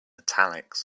italics